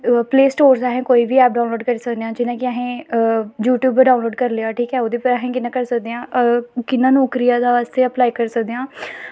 play store दा असें कोई बी ऐप डाउनलोड करी सकने आं जियां कि असें यूट्यूब गै डाउनलोड करी लेआ ठीक ऐ ओह्दे पर असें कि'यां करी सकदे आं कि'यां नौकरी आस्तै अप्लाई करी सकदे आं